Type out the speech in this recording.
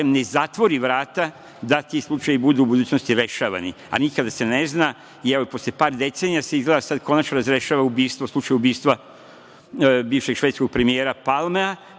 ne zatvori vrata, da ti slučajevi budu u budućnosti rešavani, a nikada se ne zna. Evo, posle par decenija se izgleda sad konačno razrešava ubistvo, slučaj ubistva bivšeg švedskog premijera Palmea,